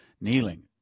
kneeling